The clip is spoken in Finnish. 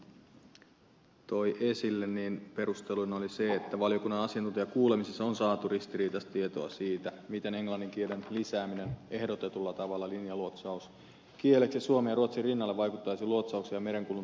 saara karhu toi esille perusteluna oli se että valiokunnan asiantuntijakuulemisessa on saatu ristiriitaista tietoa siitä miten englannin kielen lisääminen ehdotetulla tavalla linjaluotsauskieleksi suomen ja ruotsin rinnalle vaikuttaisi luotsauksen ja merenkulun turvallisuuteen